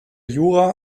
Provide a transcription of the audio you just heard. jura